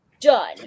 done